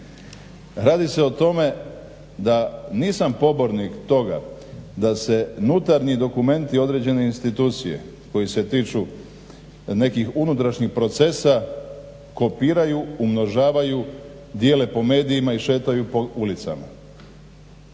Radi se o tome da nisam pobornik toga da se nutarnji dokumenti određene institucije koji se tiču nekih unutrašnjih procesa kopiraju, umnožavaju, dijele po medijima i šetaju po ulicama.